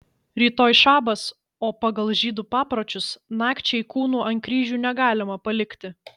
rytoj šabas o pagal žydų papročius nakčiai kūnų ant kryžių negalima palikti